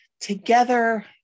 together